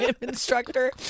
instructor